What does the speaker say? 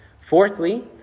Fourthly